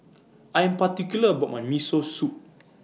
I Am particular about My Miso Soup